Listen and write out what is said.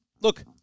Look